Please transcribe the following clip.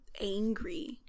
angry